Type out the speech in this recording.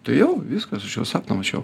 tai jau viskas aš jau sapną mačiau